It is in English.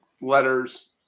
letters